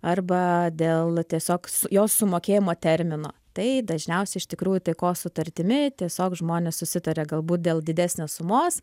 arba dėl tiesiog jos sumokėjimo termino tai dažniausiai iš tikrųjų taikos sutartimi tiesiog žmonės susitaria galbūt dėl didesnės sumos